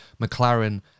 McLaren